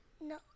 No